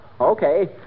Okay